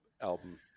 album